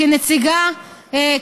כנציגה,